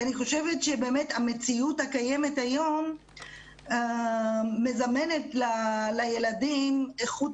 אני חושבת שהמציאות הקיימת היום מזמנת לילדים איכות